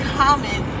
common